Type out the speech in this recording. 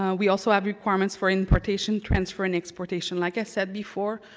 ah we also have requirement for importation transfer and exportation. like i said before,